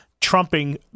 trumping